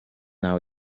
now